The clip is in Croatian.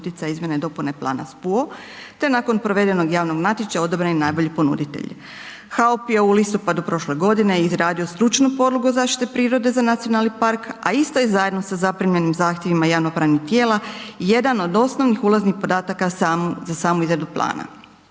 se ne razumije./... te nakon provedenog javnog natječaja odobren je najbolji ponuditelj. .../Govornik se ne razumije./... je u listopadu prošle godine izradio stručnu podlogu zaštite prirode za nacionalni par a ista je zajedno sa zaprimljenim zahtjevima javnopravnih tijela, jedan od osnovnih ulaznih podataka za samu izradu plana.